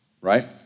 right